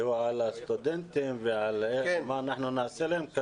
שהוא על הסטודנטים ועל מה אנחנו נעשה להם,